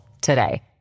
today